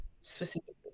Specifically